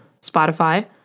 Spotify